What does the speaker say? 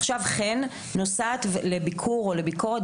עכשיו חן נוסעת לביקור או לביקורת